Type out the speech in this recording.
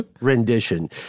rendition